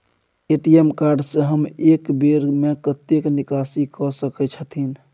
ATM card से हम एक बेर में कतेक निकासी कय सके छथिन?